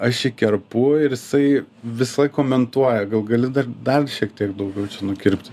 aš jį kerpu ir jisai visąlaik komentuoja gal gali dar dar šiek tiek daugiau nukirpti